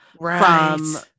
Right